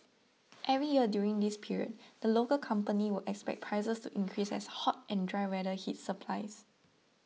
every year during this period the local company would expect prices to increase as hot and dry weather hits supplies